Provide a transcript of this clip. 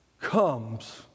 comes